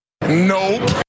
Nope